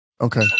Okay